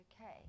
Okay